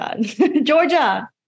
Georgia